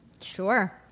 Sure